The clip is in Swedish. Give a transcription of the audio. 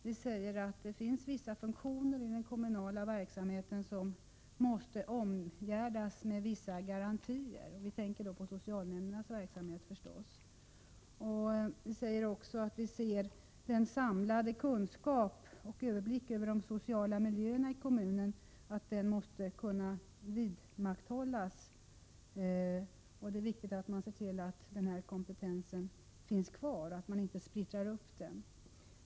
Vi säger att det finns vissa funktioner i den kommunala verksamheten som måste omgärdas med vissa garantier. Vi tänker givetvis på socialnämndernas verksamhet. Vi säger också att den samlade kunskapen och överblicken över de sociala miljöerna i kommunen måste kunna vidmakthållas och att det är viktigt att se till att denna kompetens finns kvar och inte splittras upp.